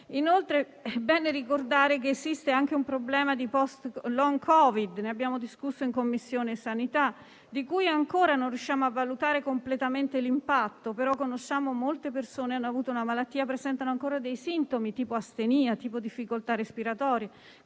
Inoltre, è bene ricordare che esiste anche il problema del *long* Covid - ne abbiamo discusso in Commissione sanità - di cui ancora non riusciamo a valutare completamente l'impatto. Conosciamo, però, molte persone che hanno avuto la malattia e presentano ancora dei sintomi, tipo astenia, difficoltà respiratorie